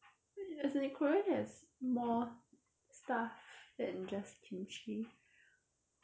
as in korean has more stuff than just kimchi